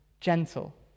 gentle